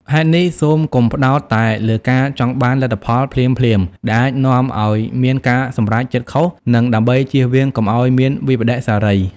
ហេតុនេះ សូមកុំផ្តោតតែលើការចង់បានលទ្ធផលភ្លាមៗ ដែលអាចនាំឱ្យមានការសម្រេចចិត្តខុស និងដើម្បីជៀសវៀងកុំអោយមានវិប្បដិសេរី។